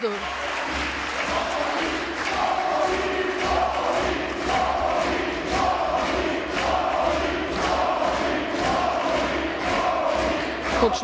Hvala.